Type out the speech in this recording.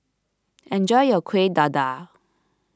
enjoy your Kuih Dadar